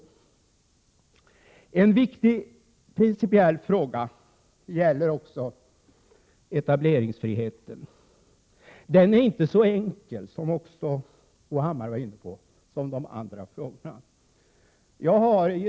1987/88:122 En viktig principiell fråga gäller också etableringsfriheten. Den är inte så 18 maj 1988 enkel som de andra frågorna, vilket också Bo Hammar var inne på. Jag har i I rr GK EL.